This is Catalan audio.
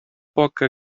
poca